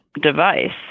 device